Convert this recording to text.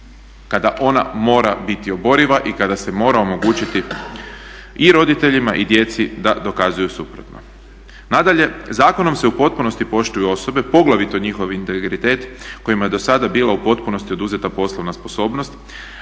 kada ona mora biti oboriva i kada se mora omogućiti i roditeljima i djeci da dokazuju suprotno. Nadalje, zakonom se u potpunosti poštuju osobe poglavito njihov integritet kojima je dosada bila u potpunosti oduzeta poslovna sposobnost,